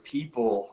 People